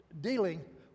dealing